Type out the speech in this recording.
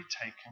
taken